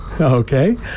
Okay